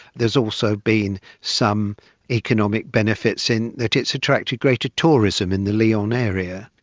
there has also been some economic benefits in that it's attracted greater tourism in the lyon area.